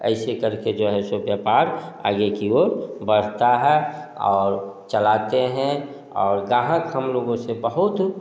ऐसे करके जो है सो व्यापार आगे की ओर बढ़ता है और चलाते हैं और गाहक हम लोगों के बहुत